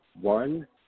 one